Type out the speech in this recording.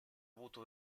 avuto